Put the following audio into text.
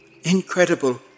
Incredible